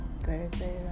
Thursday